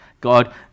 God